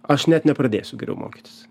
aš net nepradėsiu geriau mokytis